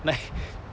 like